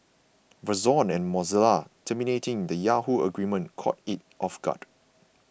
Verizon and Mozilla terminating the Yahoo agreement caught it off guard